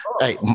hey